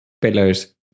pillars